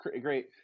great